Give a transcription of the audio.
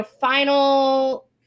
final